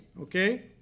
Okay